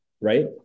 right